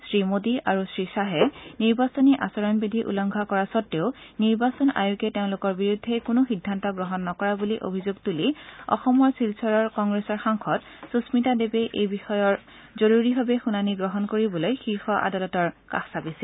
শ্ৰীমোডী আৰু শ্ৰীশ্বাহে নিৰ্বাচনী আচৰণ বিধি উলংঘা কৰা স্বদ্বেও নিৰ্বাচন আয়োগে তেওঁলোকৰ বিৰুদ্ধে কোনো সিদ্ধান্ত গ্ৰহণ নকৰা বলি অভিযোগ তুলি অসমৰ শিলচৰৰ কংগ্ৰেছৰ সাংসদ সুক্মিতা দেৱে এই বিষয়ৰ জৰুৰীভাৱে শুনানী গ্ৰহণ কৰিবলৈ শীৰ্ষ আদালতৰ কাষ চাপিছিল